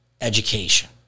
education